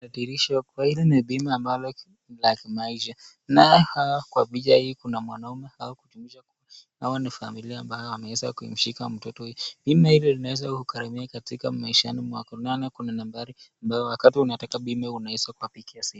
Hili ni bima ambayo ni la kimaisha, nayo kwa bima hii kuna mwanaume au familia ambayo wanaweza anayoshika mtoto, hili liweze kukamilika katika maishani mwako, hapa kuna nambari ambazo ukitaka bima unaweza wapigia simu.